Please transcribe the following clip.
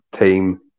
team